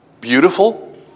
Beautiful